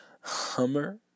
Hummer